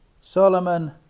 Solomon